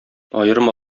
аерым